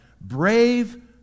brave